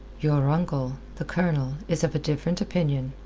your uncle, the colonel, is of a different opinion,